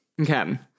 okay